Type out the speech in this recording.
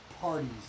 parties